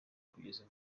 kugeza